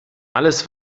alles